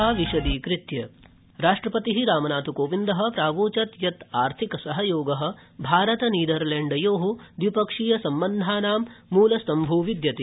राष्ट्रपति नीदरलैण्डम् राष्ट्रपति रामनाथ कोविन्द प्रावोचत् यत् आर्थिक सहयोग भारत नीदरलैण्डयो द्विपक्षीय सम्बन्धानां मूलस्तम्भो विद्यते